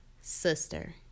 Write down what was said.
sister